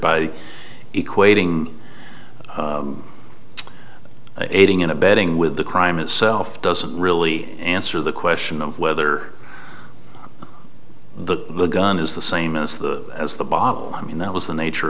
equating aiding and abetting with the crime itself doesn't really answer the question of whether the gun is the same as the as the bottle i mean that was the nature